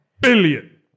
billion